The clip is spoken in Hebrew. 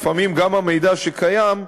לפעמים גם המידע שקיים,